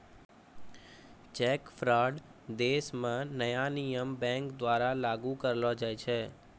cheque fraud देश म नया नियम बैंक द्वारा लागू करलो जाय छै